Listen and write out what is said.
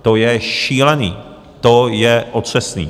To je šílený, to je otřesný.